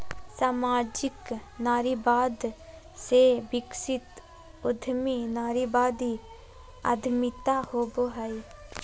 सामाजिक नारीवाद से विकसित उद्यमी नारीवादी उद्यमिता होवो हइ